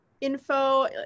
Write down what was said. info